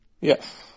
Yes